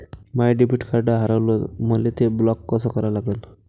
माय debit card हारवलं, मले ते ब्लॉक कस करा लागन?